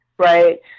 right